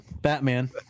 Batman